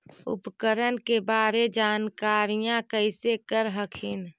उपकरण के बारे जानकारीया कैसे कर हखिन?